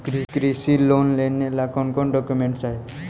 कृषि लोन लेने ला कोन कोन डोकोमेंट चाही?